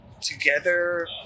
Together